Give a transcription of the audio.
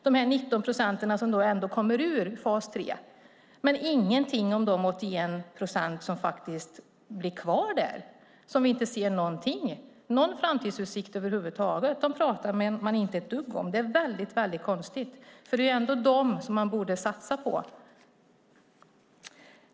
Det handlar alltså om de 19 procent som tar sig ur fas 3, men ingenting sägs om de 81 procent som blir kvar och som inte ser några framtidsutsikter över huvud taget. Dem pratar man inte ett dugg om. Det är konstigt. Det är ändå dem man borde satsa på.